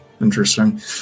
interesting